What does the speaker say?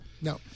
No